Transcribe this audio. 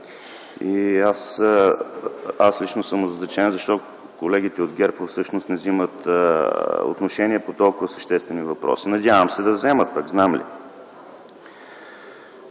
Аз лично съм озадачен: защо колегите от ГЕРБ не вземат отношение по толкова съществени въпроси? Надявам се да вземат, пък знам ли?